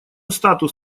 статус